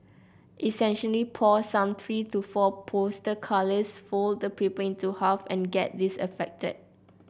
essentially pour some three to four poster colours fold the paper into half and get this effected